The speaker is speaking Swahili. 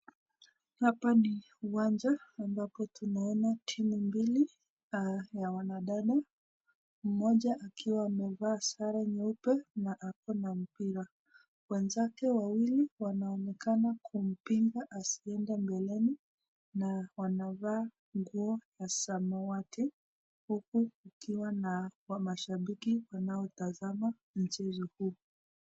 Hapa ni uwanja ambapo tunaona timu mbili ya wanadada mmoja akiwa amevaa sare nyeupe na ako na mpira. Wenzake wawili wanaonekana kumpinga asiende mbeleni na wanavaa nguo ya samawati huku wakiwa na wamashabiki wanaotazama mchezo huu.